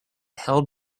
held